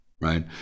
right